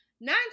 nine